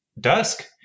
dusk